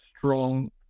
Strong